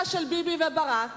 הקומבינה של ביבי וברק